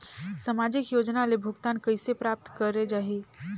समाजिक योजना ले भुगतान कइसे प्राप्त करे जाहि?